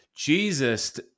Jesus